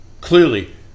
clearly